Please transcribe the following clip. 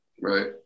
Right